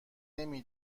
نمی